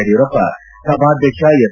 ಯಡಿಯೂರಪ್ಪ ಸಭಾಧ್ಯಕ್ಷ ಎಸ್